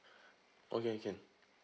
okay can